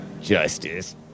Justice